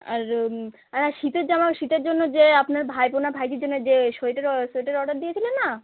আর আর শীতের জামা শীতের জন্য যে আপনার ভাইপো না ভাইঝির জন্য যে সোয়েটারও সোয়েটার অর্ডার দিয়েছিলেন না